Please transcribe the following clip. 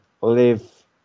live